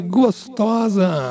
gostosa